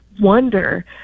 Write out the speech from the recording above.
wonder